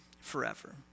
forever